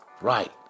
right